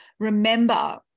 Remember